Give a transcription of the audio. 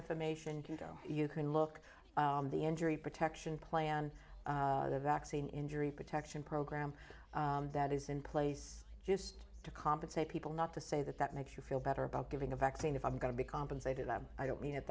information can go you can look on the injury protection plan the vaccine injury protection program that is in place just to compensate people not to say that that makes you feel better about giving a vaccine if i'm going to be compensated and i don't mean it